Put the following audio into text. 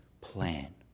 plan